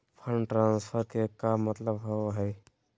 Fund transfer के का मतलब होव हई?